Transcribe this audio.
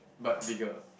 but bigger